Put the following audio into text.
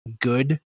good